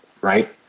Right